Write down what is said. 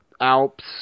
alps